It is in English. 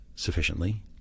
sufficiently